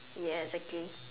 ya exactly